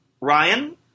Ryan